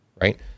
right